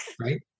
Right